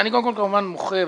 אני כמובן מוחה,